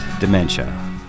dementia